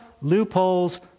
loopholes